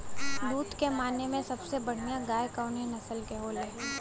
दुध के माने मे सबसे बढ़ियां गाय कवने नस्ल के होली?